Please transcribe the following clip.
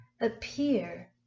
appear